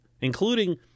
including